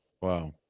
Wow